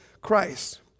Christ